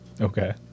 Okay